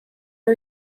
are